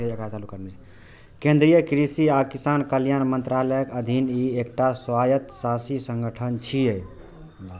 केंद्रीय कृषि आ किसान कल्याण मंत्रालयक अधीन ई एकटा स्वायत्तशासी संगठन छियै